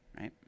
right